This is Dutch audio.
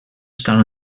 staan